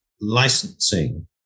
licensing